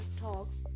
talks